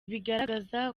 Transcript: bigaragaza